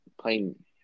playing